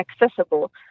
accessible